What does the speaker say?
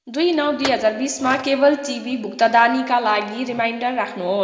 दुई नौ दुई हजार बिसमा केबल टिभी भुक्तानीका लागि रिमाइन्डर राख्नुहोस्